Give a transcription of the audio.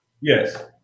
Yes